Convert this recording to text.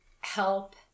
help